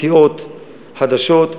סיעות חדשות,